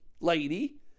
lady